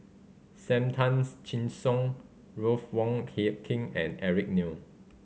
Sam Tan's Chin Siong Ruth Wong Hie King and Eric Neo